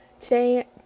today